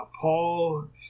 Paul